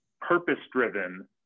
purpose-driven